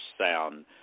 sound